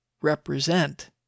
represent